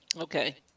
Okay